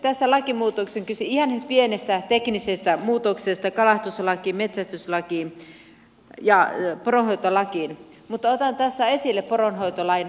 tässä lakimuutoksessa on kyse ihan pienestä teknisestä muutoksesta kalastuslakiin metsästyslakiin ja poronhoitolakiin mutta otan tässä esille poronhoitolain avaamisen